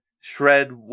Shred